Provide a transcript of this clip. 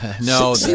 No